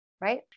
right